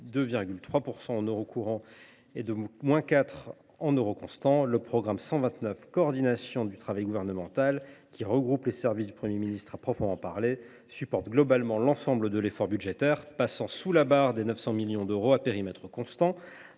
2,3 % en euros courants et de 4,0 % en euros constants, le programme 129 « Coordination du travail gouvernemental », qui regroupe les services du Premier ministre à proprement parler, supporte globalement l’ensemble de l’effort budgétaire, passant sous la barre des 900 millions d’euros à périmètre constant.